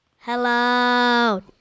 Hello